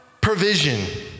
provision